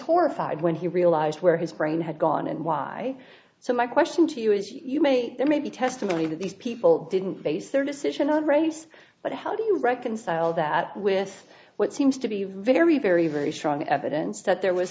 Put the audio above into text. horrified when he realized where his brain had gone and why so my question to you is you may think there may be testimony that these people didn't base their decision on race but how do you reconcile that with what seems to be very very very strong evidence that there was